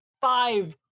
five